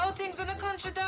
so things in the country,